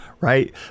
right